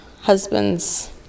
husband's